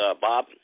Bob